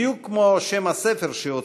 בדיוק כמו שם הספר שהוציא,